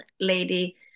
lady